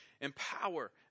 empower